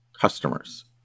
customers